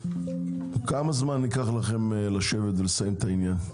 כמה זמן ייקח לכם לשבת ולסיים את העניין,